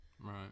Right